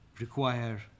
require